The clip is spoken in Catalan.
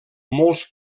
molts